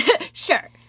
Sure